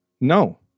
No